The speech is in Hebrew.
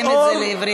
תתרגם את זה לעברית,